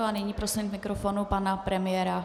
Nyní prosím k mikrofonu pana premiéra.